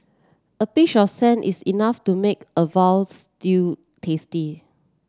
a pinch of is enough to make a veal stew tasty